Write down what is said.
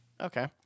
Okay